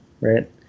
right